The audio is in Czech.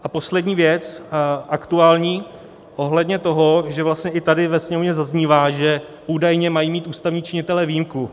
A poslední věc, aktuální, ohledně toho, že vlastně i tady ve Sněmovně zaznívá, že údajně mají mít ústavní činitelé výjimku.